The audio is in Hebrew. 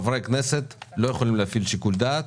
חברי כנסת לא יכולים להפעיל שיקול דעת,